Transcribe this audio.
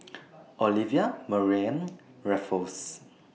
Olivia Mariamne Raffles